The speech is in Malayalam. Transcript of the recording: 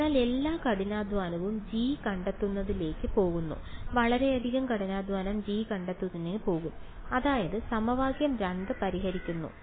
അതിനാൽ എല്ലാ കഠിനാധ്വാനവും g കണ്ടെത്തുന്നതിലേക്ക് പോകുന്നു വളരെയധികം കഠിനാധ്വാനം g കണ്ടെത്തുന്നതിന് പോകും അതായത് സമവാക്യം 2 പരിഹരിക്കുന്നു